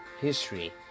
history